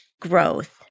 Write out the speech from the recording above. growth